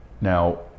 Now